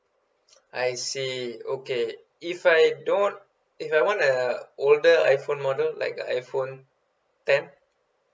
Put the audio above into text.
I see okay if I don't if I want a older iphone model like a iphone ten